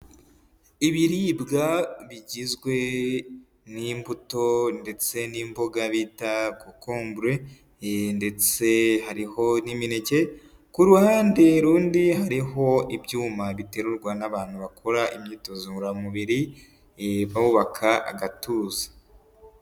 Ibiribwa bigizwe n'imbuto ndetse n'imboga bita kokombure ndetse hariho n'imineke, ku ruhande rundi hariho ibyuma biterurwa n'abantu bakora imyitozo ngoramubiri bubaka agatuza.